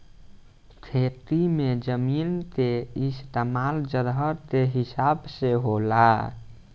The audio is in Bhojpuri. खेती मे जमीन के इस्तमाल जगह के हिसाब से होला